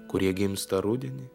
kurie gimsta rudenį